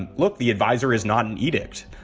and look, the advisor is not an edict.